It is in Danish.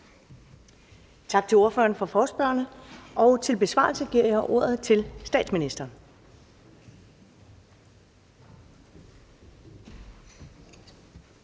Tak til ordføreren for forespørgerne, og til besvarelse giver jeg ordet til statsministeren.